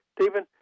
Stephen